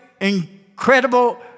incredible